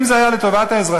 אם זה היה לטובת האזרחים,